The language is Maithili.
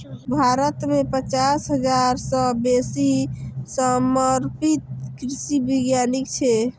भारत मे पचास हजार सं बेसी समर्पित कृषि वैज्ञानिक छै